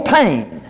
pain